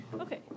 okay